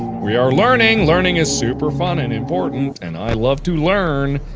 we are learning. learning is super fun and important, and i love to learn!